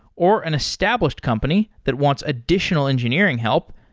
or an established company that wants additional engineering help,